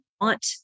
want